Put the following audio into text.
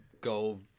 go